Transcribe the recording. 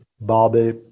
Bobby